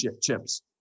chips